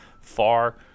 far